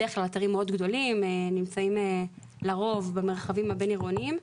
בדרך כלל אתרים מאוד גדולים שנמצאים לרוב במרחבים הבין עירוניים,